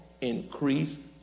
increase